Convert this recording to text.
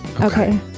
Okay